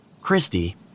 Christy